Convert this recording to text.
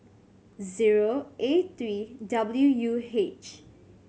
zeo A three W U H